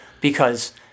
because-